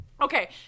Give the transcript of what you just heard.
Okay